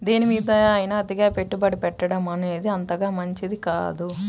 దేనిమీదైనా అతిగా పెట్టుబడి పెట్టడమనేది అంతగా మంచిది కాదు